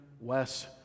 Wes